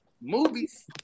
Movies